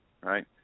right